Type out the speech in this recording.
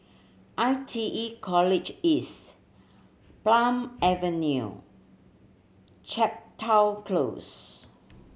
I T E College East Palm Avenue Chepstow Close